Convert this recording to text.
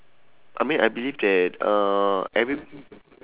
I mean I believe that uh every